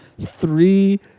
Three